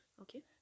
Okay